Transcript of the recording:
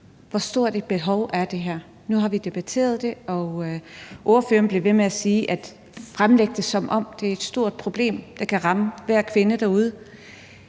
Hvor stort et behov er det her? Nu har vi debatteret det, og ordføreren bliver ved med at fremlægge det, som om det er et stort problem, der kan ramme enhver kvinde derude.